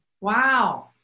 Wow